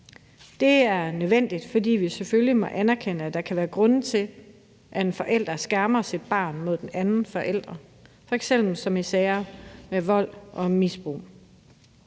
Det er nødvendigt, fordi vi selvfølgelig må anerkende, at der kan være grunde til, at en forælder skærmer sit barn mod den anden forælder, f.eks. som i sager med vold og misbrug.